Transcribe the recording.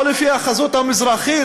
לפי החזות המזרחית,